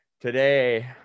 today